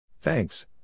Thanks